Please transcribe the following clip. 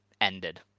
ended